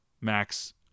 Max